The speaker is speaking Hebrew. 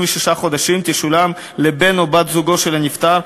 חודשים תשולם לבן או בת זוגו של הנפטר,